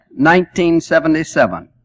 1977